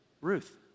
Ruth